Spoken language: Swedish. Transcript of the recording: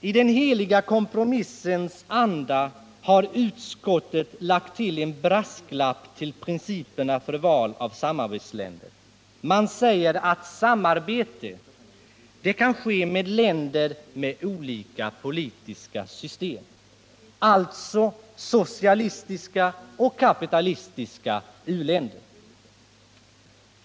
I den heliga kompromissens anda har utskottet lagt till en brasklapp till principerna för val av samarbetsländer. Man säger att samarbete kan ske med länder med olika politiska system, alltså socialistiska och kapitalistiska uländer.